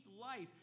life